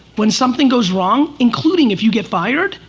when something goes wrong, including if you get fired,